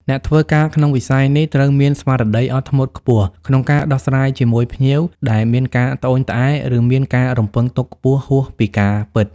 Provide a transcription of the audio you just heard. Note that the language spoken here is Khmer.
អ្នកធ្វើការក្នុងវិស័យនេះត្រូវមានស្មារតីអត់ធ្មត់ខ្ពស់ក្នុងការដោះស្រាយជាមួយភ្ញៀវដែលមានការត្អូញត្អែរ ឬមានការរំពឹងទុកខ្ពស់ហួសពីការពិត។